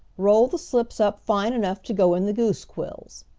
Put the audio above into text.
roll the slips up fine enough to go in the goose quills.